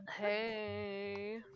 Hey